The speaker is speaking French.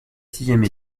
sixième